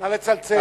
נא לצלצל.